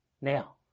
Now